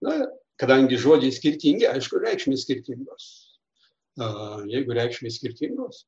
na kadangi žodžiai skirtingi aišku reikšmės skirtingas a jeigu reikšmės skirtingos